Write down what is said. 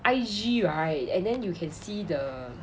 I_G right and then you can see the